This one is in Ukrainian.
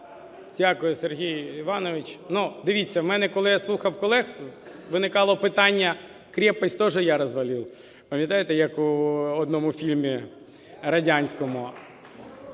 Дякую, Сергій Іванович. Дивіться, у мене, коли я слухав колег, виникало питання: крепость тоже я развалил? Пам'ятаєте, як у одному фільмі радянському.